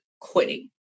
quitting